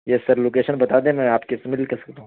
یس sir location بتا دیں میں آپ کے